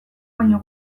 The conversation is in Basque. baino